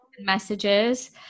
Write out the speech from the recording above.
Messages